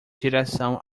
direção